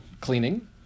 cleaning